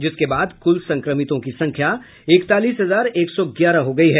जिसके बाद कुल संक्रमितों की संख्या इकतालीस हजार एक सौ ग्यारह हो गयी है